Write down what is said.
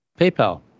PayPal